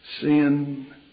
sin